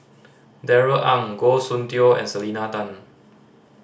Darrell Ang Goh Soon Tioe and Selena Tan